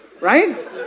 right